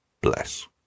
Bless